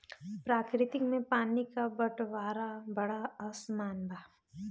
प्रकृति में पानी क बंटवारा बड़ा असमान बा